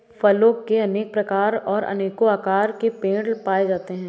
फलों के अनेक प्रकार और अनेको आकार के पेड़ पाए जाते है